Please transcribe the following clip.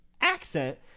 accent